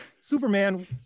Superman